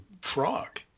frog